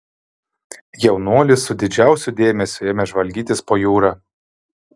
jaunuolis su didžiausiu dėmesiu ėmė žvalgytis po jūrą